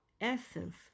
essence